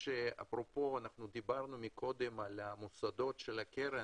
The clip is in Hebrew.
דברנו מקודם על מוסדות הקרן,